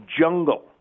Jungle